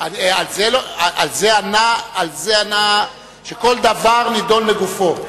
על זה ענה השר שכל דבר נדון לגופו.